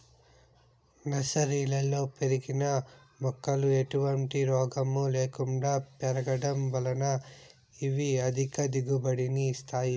నర్సరీలలో పెరిగిన మొక్కలు ఎటువంటి రోగము లేకుండా పెరగడం వలన ఇవి అధిక దిగుబడిని ఇస్తాయి